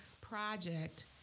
project